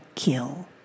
kill